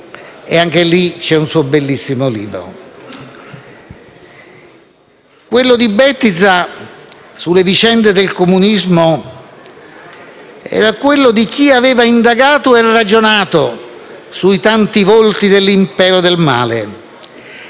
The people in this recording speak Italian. e, anche lì, c'è un suo bellissimo libro. Il libro di Bettiza sulle vicende del comunismo era quello di chi aveva indagato e ragionato sui tanti volti dell'impero del male,